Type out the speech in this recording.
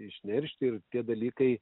išneršti ir tie dalykai